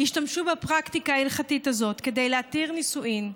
השתמשו בפרקטיקה ההלכתית הזאת כדי להתיר נישואים,